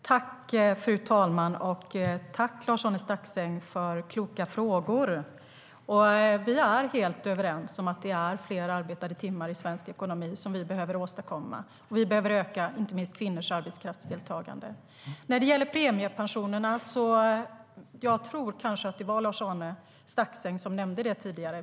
Fru talman! Tack, Lars-Arne Staxäng, för kloka frågor! Vi är helt överens om att det är fler arbetade timmar i svensk ekonomi som vi behöver åstadkomma. Vi behöver öka inte minst kvinnors arbetskraftsdeltagande. När det gäller premiepensionerna är vi på väg in i en utredning. Jag tror att det var Lars-Arne Staxäng som nämnde det tidigare.